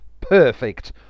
Perfect